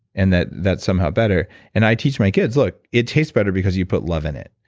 and that, that's somehow better and i teach my kids, look, it tastes better because you put love in it,